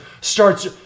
Starts